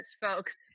folks